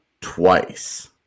twice